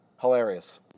hilarious